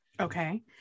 Okay